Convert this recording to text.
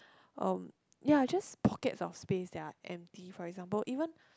oh ya just pockets of space ya empty for example even